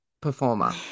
performer